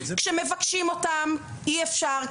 וכשמבקשים אותם אי אפשר,